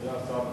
זה שר הביטחון.